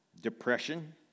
Depression